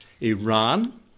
Iran